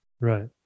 right